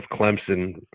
Clemson